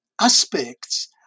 aspects